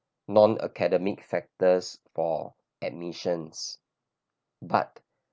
non-academic factors for admissions but